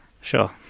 Sure